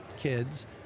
kids